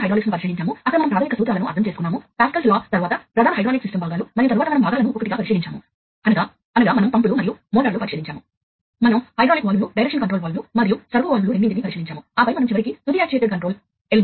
wiring ప్రయోజనం ఎలా వస్తుందో చూడండి మీకు 4 20 mA ఉంటే కొన్ని సంఖ్యల పరికరాలను అనుసంధానించవలసి ఉంటుంది మీరు పాయింట్ టు పాయింట్ కమ్యూనికేషన్ను నేరుగా కనెక్ట్ చేస్తే ప్రతి పరికరాల జత కోసం మీరు డేటా ను స్వీకరించే మరొక బిందువుకు రెండు వైర్లను కనెక్ట్ చేయాలి